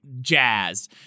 Jazz